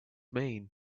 mean